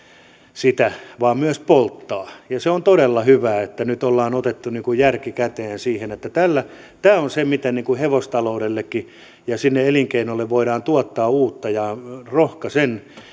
sitä vaan myös polttaa ja se on todella hyvä että nyt ollaan otettu järki käteen siinä että tämä on se miten hevostaloudellekin ja sinne elinkeinolle voidaan tuottaa uutta ja rohkaisen